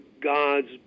gods